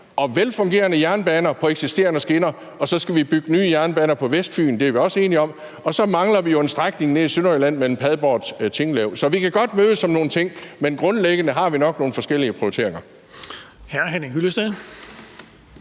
og velfungerende jernbaner på eksisterende skinner. Så skal vi bygge nye jernbaner på Vestfyn, det er vi også enige om, og så mangler vi jo en strækning nede i Sønderjylland mellem Padborg og Tinglev. Så vi kan mødes om nogle ting, men grundlæggende har vi nok nogle forskellige prioriteringer. Kl. 20:07 Den fg.